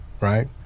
right